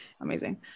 amazing